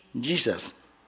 Jesus